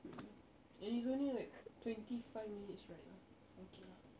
mm mm and it's only like twenty five minutes ride lah okay lah